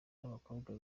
n’abakobwa